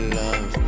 love